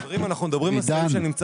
חברים, אנחנו מדברים על סעיף שנמצא